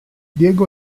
diego